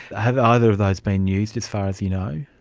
have either of those been used, as far as you know?